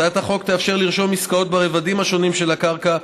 הצעת החוק תאפשר לרשום עסקאות ברבדים השונים של הקרקע.